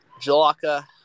Jalaka